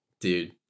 dude